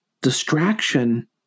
distraction